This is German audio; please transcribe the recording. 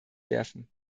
werfen